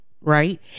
right